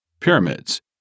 pyramids